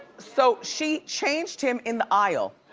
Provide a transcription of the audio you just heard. so, she changed him in the aisle.